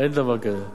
אין דבר כזה.